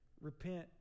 Repent